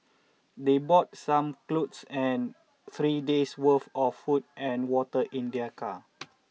they brought some clothes and three days' worth of food and water in their car